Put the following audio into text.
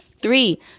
Three